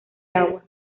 agua